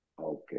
Okay